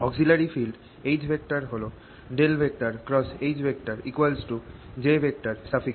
auxiliary field H এবং H jfree